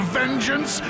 vengeance